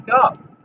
up